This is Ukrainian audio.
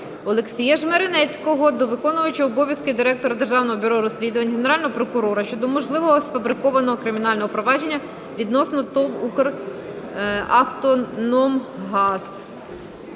Олексія Жмеренецького до виконувача обов'язків Директора Державного бюро розслідувань, Генерального прокурора щодо можливого сфабрикованого кримінального провадження відносно ТОВ "УКРАВТОНОМГАЗ".